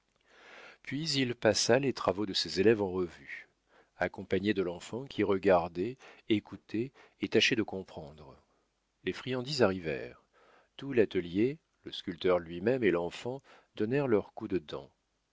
puis il passa les travaux de ses élèves en revue accompagné de l'enfant qui regardait écoutait et tâchait de comprendre les friandises arrivèrent tout l'atelier le sculpteur lui-même et l'enfant donnèrent leur coup de dent